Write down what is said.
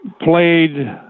played